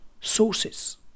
sources